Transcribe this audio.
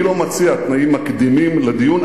אני לא מציע תנאים מקדימים לדיון,